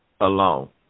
alone